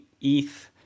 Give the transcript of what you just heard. ETH